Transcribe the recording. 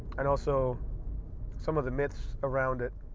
and also some of the myths around it.